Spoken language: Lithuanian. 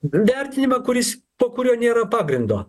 vertinimą kuris po kuriuo nėra pagrindo